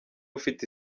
ufite